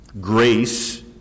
Grace